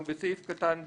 בסעיף קטן (ד),